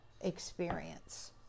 experience